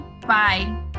Bye